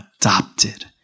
adopted